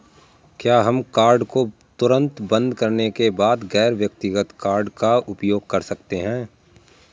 क्या हम कार्ड को तुरंत बंद करने के बाद गैर व्यक्तिगत कार्ड का उपयोग कर सकते हैं?